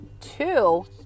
Two